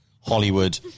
hollywood